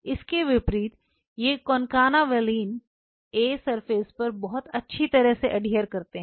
इसके विपरीत ये कोनकाना वेलिन ए सरफेस पर बहुत अच्छी तरह से अडहिअर करते हैं